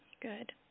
Good